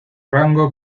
rango